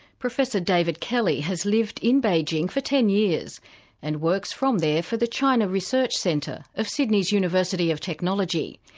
professor david kelly has lived in beijing for ten years and works from there for the china research centre of sydney's university of technology.